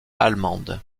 allemande